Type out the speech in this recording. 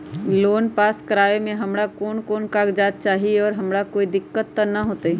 Loan pass करवावे में हमरा कौन कौन कागजात चाही और हमरा कोई दिक्कत त ना होतई?